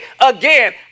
again